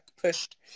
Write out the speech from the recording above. pushed